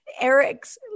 Eric's